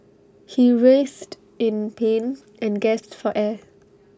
he writhed in pain and gasped for air